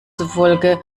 zufolge